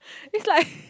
it's like